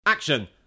Action